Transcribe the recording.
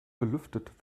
belüftet